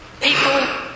People